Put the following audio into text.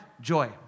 joy